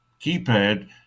keypad